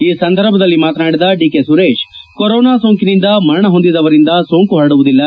ಈ ಸಂದರ್ಭದಲ್ಲಿ ಮಾತನಾಡಿದ ಡಿಕೆ ಸುರೇಶ್ ಕೊರೋನಾ ಸೋಂಕಿನಿಂದ ಮರಣ ಹೊಂದಿದವರಿಂದ ಸೋಂಕು ಪರಡುವುದಿಲ್ಲ